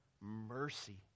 mercy